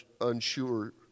unsure